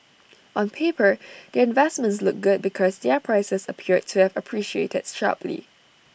on paper their investments look good because their prices appeared to have appreciated sharply